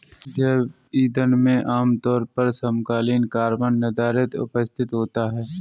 जैव ईंधन में आमतौर पर समकालीन कार्बन निर्धारण उपस्थित होता है